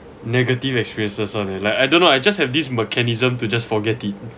negative experiences one eh like I don't know I just have this mechanism to just forget it